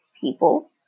people